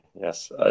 Yes